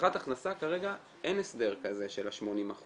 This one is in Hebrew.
הבטחת הכנסה כרגע אין הסדר כזה של ה-80%.